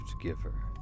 giver